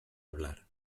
hablar